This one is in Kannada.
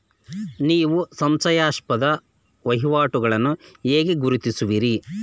ನೀವು ಸಂಶಯಾಸ್ಪದ ವಹಿವಾಟುಗಳನ್ನು ಹೇಗೆ ಗುರುತಿಸುವಿರಿ?